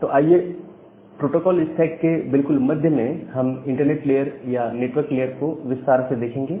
तो आइए protocol stack के बिल्कुल मध्य में हम इंटरनेट लेयर या नेटवर्क लेयर को विस्तार से देखेंगे